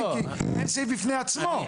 כי הם סעיף בפני עצמו.